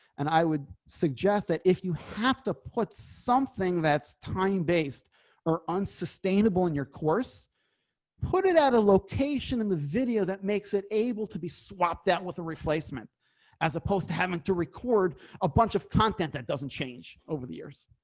and i would suggest that if you have to put something that's time based or unsustainable in your put it at a location in the video that makes it able to be swapped that with a replacement as opposed to having to record a bunch of content that doesn't change over the years.